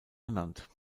ernannt